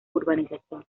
urbanización